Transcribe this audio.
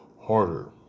harder